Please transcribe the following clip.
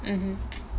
mmhmm